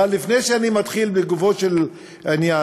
אבל לפני שאני מתחיל לגופו של עניין,